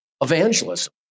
evangelism